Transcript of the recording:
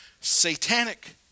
Satanic